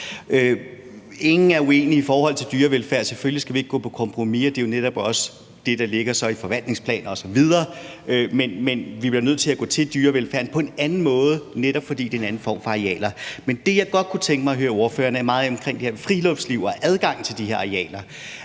Ingen er uenige om dyrevelfærd. Selvfølgelig skal vi ikke gå på kompromis med den, og det er netop også det, der ligger i forvaltningsplanerne osv., men vi bliver nødt til at gå til dyrevelfærden på en anden måde, netop fordi det er en anden form for arealer. Det, jeg godt kunne tænke mig at høre ordføreren om, er meget det her med friluftsliv og adgang til de her arealer.